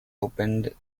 opened